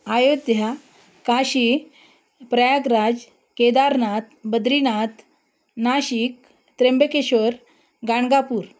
Ayodhya Kashi Prayagraj Kedarnath Badrinath Nashik Trimbakeshwar Ganagapur